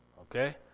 okay